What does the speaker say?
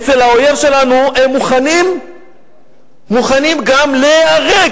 אצל האויב שלנו הם מוכנים גם ליהרג,